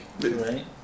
Right